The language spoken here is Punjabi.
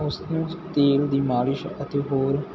ਤੇਲ ਦੀ ਬਾਰਿਸ਼ ਅਤੇ ਹੋਰ ਵਧੀਆ